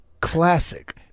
classic